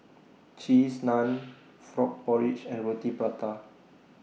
Cheese Naan Frog Porridge and Roti Prata